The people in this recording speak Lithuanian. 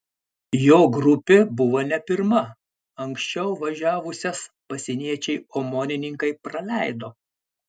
jo grupė buvo ne pirma anksčiau važiavusias pasieniečiai omonininkai praleido